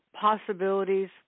possibilities